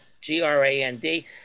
g-r-a-n-d